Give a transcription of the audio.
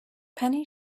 penny